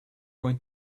going